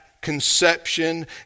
Conception